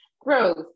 growth